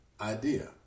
idea